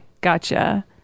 gotcha